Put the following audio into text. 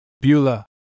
Beulah